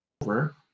over